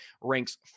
ranks